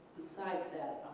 besides that,